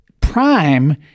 Prime